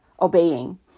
obeying